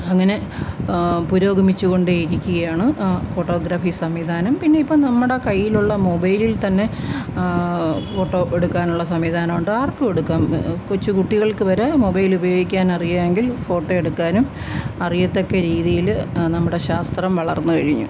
അങ്ങനെ പുരോഗമിച്ചു കൊണ്ടേ ഇരിക്കുകയാണ് ഫോട്ടോഗ്രാഫി സംവിധാനം പിന്നെ ഇപ്പോള് നമ്മുടെ കയ്യിലുള്ള മൊബൈലിൽ തന്നെ ഫോട്ടോ എടുക്കാനുള്ള സംവിധാനമുണ്ട് ആർക്കും എടുക്കാം കൊച്ചു കുട്ടികൾക്ക് വരെ മൊബൈൽ ഉപയോഗിക്കാൻ അറിയാമെങ്കിൽ ഫോട്ടോ എടുക്കാനും അറിയത്തക്ക രീതിയില് നമ്മുടെ ശാസ്ത്രം വളർന്നുകഴിഞ്ഞു